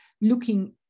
looking